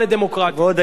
כבוד היושב-ראש,